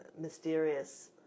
mysterious